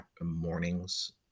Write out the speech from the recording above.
mornings